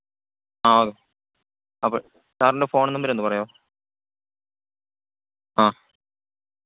ആ അപ്പം സാറിൻ്റെ ഫോൺ നമ്പറൊന്നു പറയാമോ ആ